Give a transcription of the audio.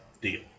deal